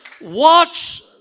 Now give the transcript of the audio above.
watch